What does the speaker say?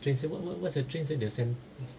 train semua what what's the train say the sen~